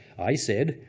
i said,